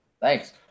Thanks